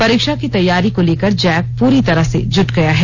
परीक्षा की तैयारी को लेकर जैक पूरी तरह से जुट गया है